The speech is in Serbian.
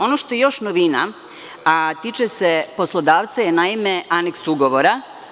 Ono što je još novina, a tiče se poslodavca je naime aneks ugovora.